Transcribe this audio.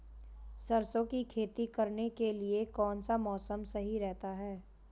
सरसों की खेती करने के लिए कौनसा मौसम सही रहता है?